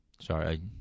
Sorry